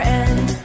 end